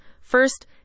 First